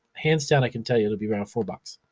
hands down i can tell you it would be around four bucks.